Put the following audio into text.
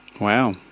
Wow